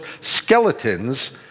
skeletons